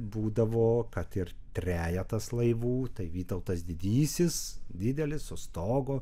būdavo kad ir trejetas laivų tai vytautas didysis didelis su stogu